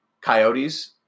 coyotes